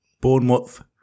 Bournemouth